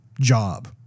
job